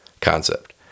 concept